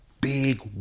big